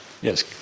Yes